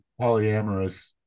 polyamorous